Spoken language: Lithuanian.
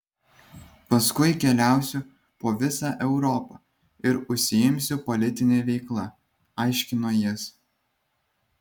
paskui keliausiu po vizą europą ir užsiimsiu politine veikla aiškino jis